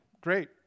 great